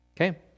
Okay